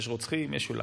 יש רוצחים, יש שוליים,